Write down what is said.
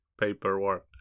paperwork